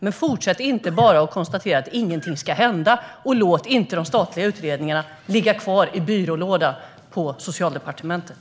Men fortsätt inte att bara konstatera att ingenting ska hända, och låt inte de statliga utredningarna ligga kvar i byrålådan på Socialdepartementet!